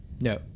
No